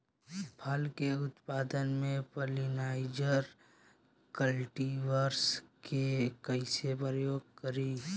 फल के उत्पादन मे पॉलिनाइजर कल्टीवर्स के कइसे प्रयोग करी?